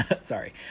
Sorry